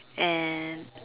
and